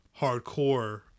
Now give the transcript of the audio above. hardcore